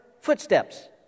Footsteps